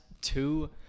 two